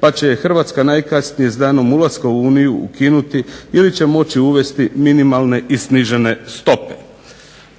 pa će Hrvatska najkasnije s danom ulaska u Uniju ukinuti ili će moći uvesti minimalne i snižene stope".